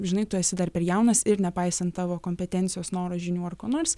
žinai tu esi dar per jaunas ir nepaisant tavo kompetencijos noro žinių ar ko nors